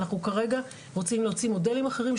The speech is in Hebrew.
אנחנו כרגע רוצים להוציא מודלים אחרים,